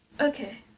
Okay